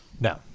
No